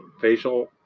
facial